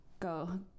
Go